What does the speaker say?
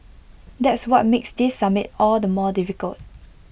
that's what makes this summit all the more difficult